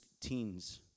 teens